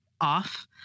off